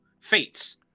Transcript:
fates